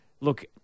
look